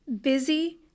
busy